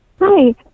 Hi